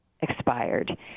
expired